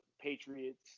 Patriots